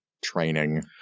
training